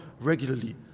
regularly